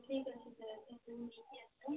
ହଉ ଠିକ୍ ଅଛି ତା'ହେଲେ ମୁଁ ନେଇକି ଆସେ